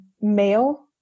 male